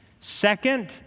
Second